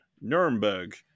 Nuremberg